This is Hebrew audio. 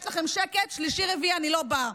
יש לכם שקט, שלישי-רביעי אני לא באה.